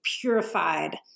purified